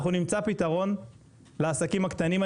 אנחנו נמצא פתרון לעסקים הקטנים,